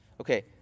Okay